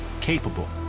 capable